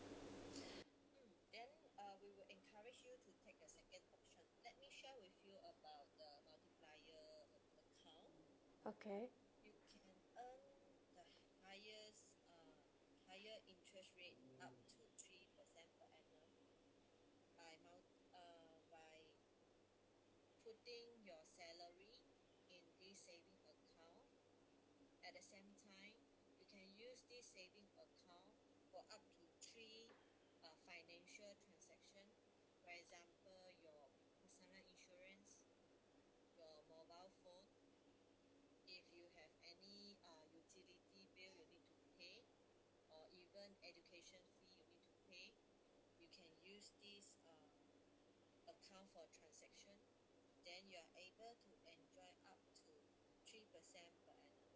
okay